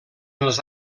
els